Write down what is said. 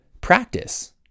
practice